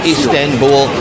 Istanbul